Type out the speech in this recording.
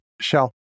shell